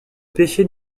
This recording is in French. péché